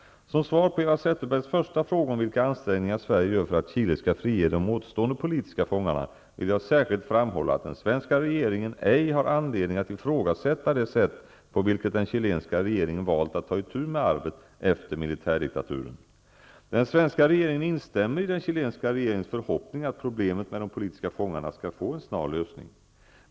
Som svar på Eva Zetterbergs första fråga om vilka ansträngningar Sverige gör för att Chile skall frige de återstående politiska fångarna vill jag särskilt framhålla att den svenska regeringen ej har anledning att ifrågasätta det sätt på vilket den chilenska regeringen valt att ta itu med arvet från militärdiktaturen. Den svenska regeringen intämmer i den chilenska regeringens förhoppning att problemet med de politiska fångarna skall få en snar lösning.